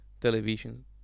television